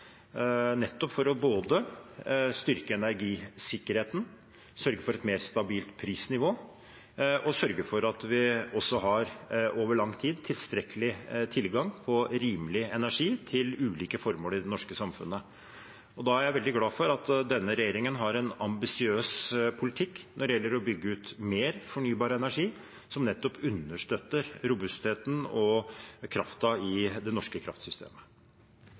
for å styrke energisikkerheten, sørge for et mer stabilt prisnivå og for at vi over lang tid har tilstrekkelig tilgang på rimelig energi til ulike formål i det norske samfunnet. Da er jeg veldig glad for at denne regjeringen har en ambisiøs politikk når det gjelder å bygge ut mer fornybar energi, som nettopp understøtter robustheten og kraften i det norske kraftsystemet.